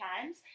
times